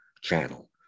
channel